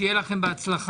שיהיה לכם בהצלחה.